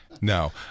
No